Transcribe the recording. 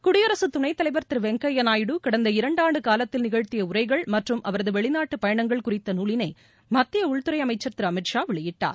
குடியரசு துணைத் தலைவர் திரு வெங்கையா நாயுடு கடந்த இரண்டாண்டு காலத்தில் நிகழ்த்திய உளரகள் மற்றும் அவரது வெளிநாட்டுப் பயணங்கள் குறித்த நூலினை மத்திய உள்துறை அமைச்சர் திரு அமித் ஷா வெளியிட்டார்